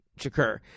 Shakur